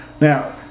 Now